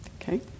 Okay